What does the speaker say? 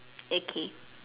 A K